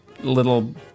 little